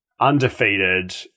Undefeated